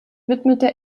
widmete